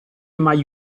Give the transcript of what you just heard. mai